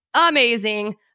amazing